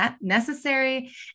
necessary